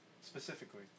specifically